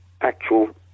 actual